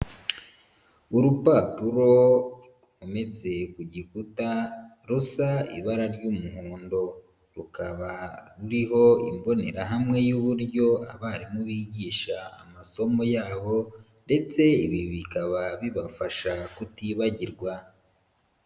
Urupapuro rwometse ku gikuta rusa ibara ry'umuhondo, rukaba ruriho imbonerahamwe y'uburyo abarimu bigisha amasomo yabo ndetse ibi bikaba bibafasha kutibagirwa.